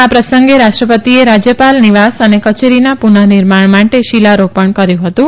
આ પ્રસંગે રાષ્ટ્રપતિએ રાજ્યપાલ નિવાસ અને કચેરીના પુનઃનિર્માણ માટે શીલારોપણ કર્યું હતું